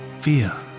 fear